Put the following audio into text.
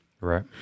right